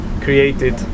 Created